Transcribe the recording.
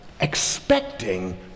expecting